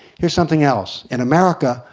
here's something else in america,